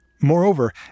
Moreover